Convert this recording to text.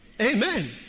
Amen